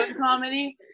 comedy